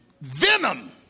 venom